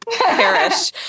perish